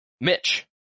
Mitch